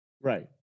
Right